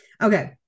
Okay